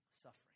suffering